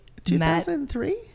2003